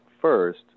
first